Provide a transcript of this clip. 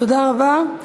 תודה רבה.